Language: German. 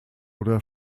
oder